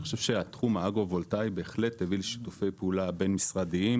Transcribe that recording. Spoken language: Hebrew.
אני חושב שהתחום האגרו-וולטאי בהחלט הביא לשיתופי פעולה בין-משרדיים,